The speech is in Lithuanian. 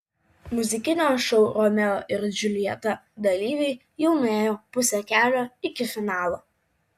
muzikinio šou romeo ir džiuljeta dalyviai jau nuėjo pusę kelio iki finalo